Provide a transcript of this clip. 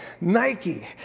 Nike